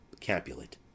Capulet